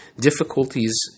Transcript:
difficulties